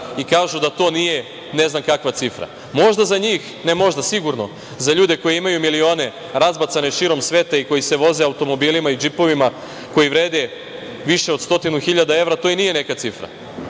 i kažu da to nije ne znam kakva cifra. Možda za njih, ne možda, sigurno za ljude koji imaju milione razbacane širom sveta i koji se voze automobilima i džipovima koji vrede više od stotinu hiljada evra, to i nije neka cifra.